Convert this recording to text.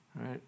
right